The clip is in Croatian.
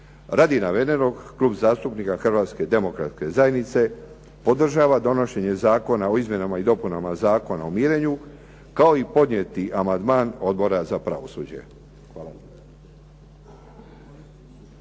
Radi navedenog Klub zastupnika Hrvatske demokratske zajednice podržava donošenje Zakona o izmjenama i dopunama Zakona o mirenju kao i podnijeti amandman Odbora za pravosuđe. Hvala.